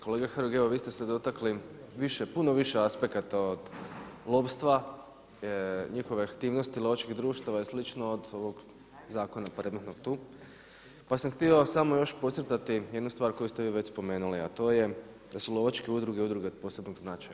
Kolega Hrg, evo vi ste se dotakli puno više aspekata od lovstva, njihove aktivnosti lovačkih društava i slično od ovog zakona predmetnog tu pa sam htio samo još podcrtati jednu stvar koju ste vi već spomenuli, a to je da su lovačke udruge, udruge od posebnog značaja.